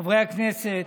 חברי הכנסת,